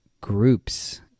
groups